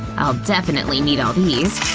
i' ll definitely need all these.